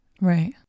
Right